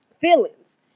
feelings